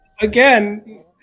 again